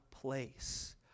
place